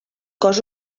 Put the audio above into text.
cos